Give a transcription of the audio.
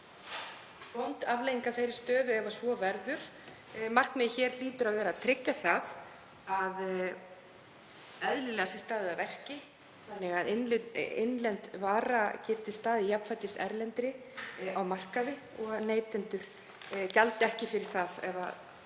vond afleiðing af stöðunni. Markmiðið hlýtur að vera að tryggja að eðlilega sé staðið að verki þannig að innlend vara geti staðið jafnfætis erlendri á markaði og neytendur gjaldi ekki fyrir það ef